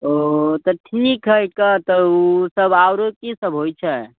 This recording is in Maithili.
ओ तऽ ठीक हइ तऽ तऽ ओसभ आरो कीसभ होइत छै